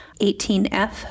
18F